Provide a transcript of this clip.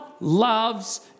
loves